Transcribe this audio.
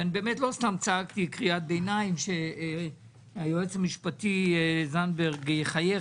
שלא סתם צעקתי קריאת ביניים שהיועץ המשפטי זנדברג יחייך,